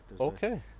okay